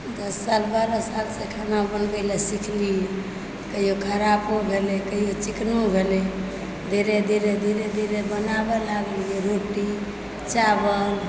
दश साल बारह सालसँ खाना बनबय लऽ सिखली कहिओ खरापो भेलय कहिओ चिकनो भेलय धीरे धीरे धीरे धीरे बनाबऽ लागलियै रोटी चावल